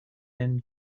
thin